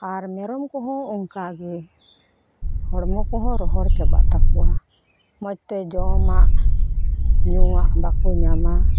ᱟᱨ ᱢᱮᱨᱚᱢ ᱠᱚᱦᱚᱸ ᱚᱱᱠᱟ ᱜᱮ ᱦᱚᱲᱢᱚ ᱠᱚᱦᱚᱸ ᱨᱚᱦᱚᱲ ᱪᱟᱵᱟᱜ ᱛᱟᱠᱚᱣᱟ ᱢᱚᱡᱽ ᱛᱮ ᱡᱚᱢᱟᱜ ᱧᱩᱣᱟᱜ ᱵᱟᱠᱚ ᱧᱟᱢᱟ